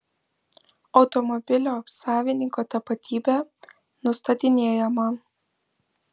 automobilio savininko tapatybė nustatinėjama